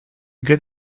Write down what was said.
good